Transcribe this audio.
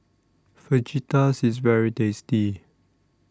Fajitas IS very tasty